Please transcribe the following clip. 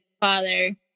father